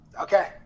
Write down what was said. Okay